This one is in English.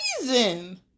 reason